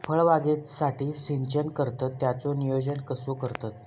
फळबागेसाठी सिंचन करतत त्याचो नियोजन कसो करतत?